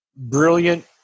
Brilliant